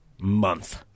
month